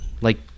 Like-